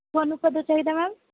ਤੁਹਾਨੂੰ ਕਦੋਂ ਚਾਹੀਦਾ ਮੈਮ